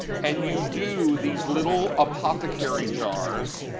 and you do these little apothecary jars.